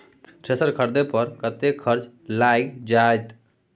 Thresher खरीदे पर कतेक खर्च लाईग जाईत?